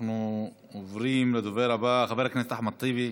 אנחנו עוברים לדובר הבא, חבר הכנסת אחמד טיבי,